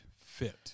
fit